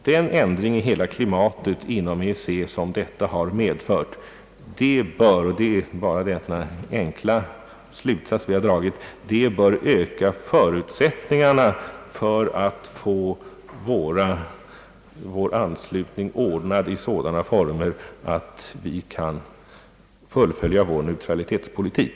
Den förändring av hela klimatet inom EEC som detta medfört, bör — och det är den enkla slutsats vi har dragit — öka förutsättningarna för att få vår anslutning ordnad i sådana former att vi kan fullfölja vår neutralitetspolitik.